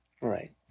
Right